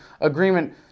agreement